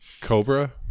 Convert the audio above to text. Cobra